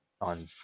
on